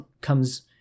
comes